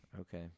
Okay